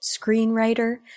screenwriter